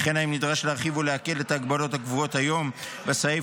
וכן האם נדרש להרחיב או להקל את ההגבלות הקבועות כיום בסעיף,